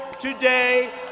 today